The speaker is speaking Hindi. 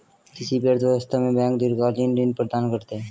किसी भी अर्थव्यवस्था में बैंक दीर्घकालिक ऋण प्रदान करते हैं